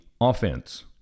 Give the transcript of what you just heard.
offense